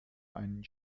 einen